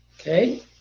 Okay